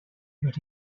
but